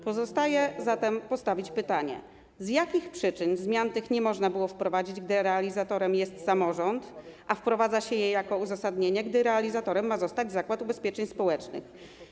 Pozostaje zatem postawić pytanie, z jakich przyczyn zmian tych nie można było wprowadzić, gdy realizatorem jest samorząd, a wprowadza się je jako uzasadnienie, gdy realizatorem ma zostać Zakład Ubezpieczeń Społecznych.